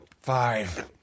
five